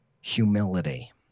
humility